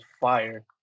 fire